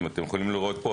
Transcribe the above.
אתם יכולים לראות בשקף,